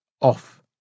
off